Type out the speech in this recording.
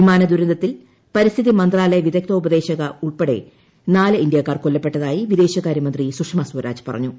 വിമാന ദുരന്തത്തിൽ പരിസ്ഥിതി മന്ത്രാലയ വിദഗ്ധോപദേശക ഉൾപ്പെടെ നാല് ഇന്ത്യക്കാർ കൊല്ലപ്പെട്ടതായി വിദേശകാര്യ മന്ത്രി സുഷമ സ്വരാജ് പറഞ്ഞു